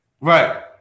Right